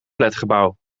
flatgebouw